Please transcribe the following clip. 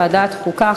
ועדת החוקה,